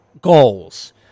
goals